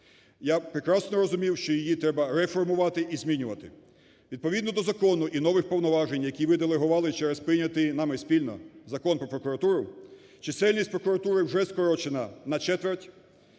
Я прекрасно розумів, що її треба реформувати і змінювати. Відповідно до закону і нових повноважень, які ви делегували через прийнятий нами спільно Закон "Про прокуратуру", чисельність прокуратури вже скорочена на четверть.